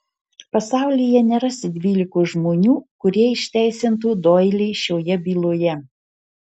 pasaulyje nerasi dvylikos žmonių kurie išteisintų doilį šioje byloje